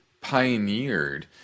pioneered